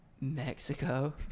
Mexico